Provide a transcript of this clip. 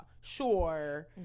Sure